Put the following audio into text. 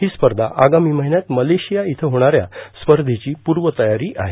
ही स्पर्ध आगामी महिन्यात मलेशिया इयं होणाऱ्या स्पर्वेची पूर्व तयारी आहे